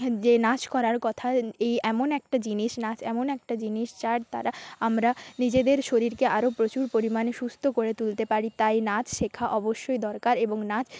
যে নাচ করার কথা এই এমন একটা জিনিস নাচ এমন একটা জিনিস যার দ্বারা আমরা নিজেদের শরীরকে আরও প্রচুর পরিমাণে সুস্থ করে তুলতে পারি তাই নাচ শেখা অবশ্যই দরকার এবং নাচ